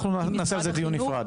אנחנו נעשה על זה דיון בנפרד.